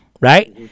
right